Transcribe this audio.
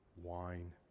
wine